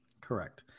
Correct